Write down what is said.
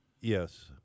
Yes